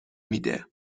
میده